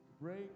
break